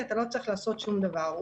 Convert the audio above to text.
אתה לא צריך לעשות שום דבר.